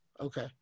okay